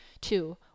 two